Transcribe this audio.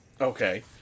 Okay